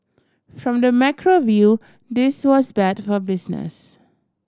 from the macro view this was bad for business